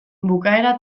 bukaera